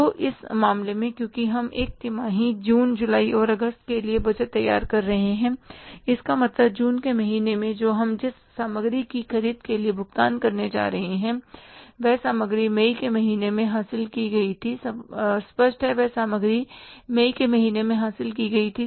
तो अब इस मामले में क्योंकि हम 1 तिमाही जून जुलाई और अगस्त के लिए बजट तैयार कर रहे हैं इसका मतलब जून के महीने में जो हम जिस सामग्री की ख़रीद के लिए भुगतान करने जा रहे हैं वह सामग्री मई के महीने में हासिल की गई थी स्पष्ट है वह सामग्री मई के महीने में हासिल कर ली गई थी